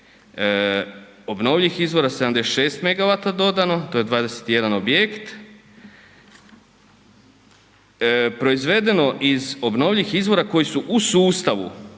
obnovljivih izvora 76 MWh dodano, to je 21 objekt, proizvedeno iz obnovljivih izvora koji su u sustavu